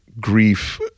grief